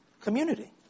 community